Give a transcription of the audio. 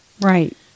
Right